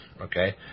okay